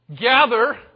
gather